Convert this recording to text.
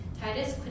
Titus